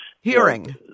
Hearing